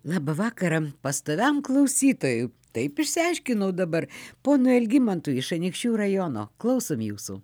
labą vakarą pastoviam klausytojui taip išsiaiškinau dabar ponui algimantui iš anykščių rajono klausom jūsų